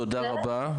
תודה רבה.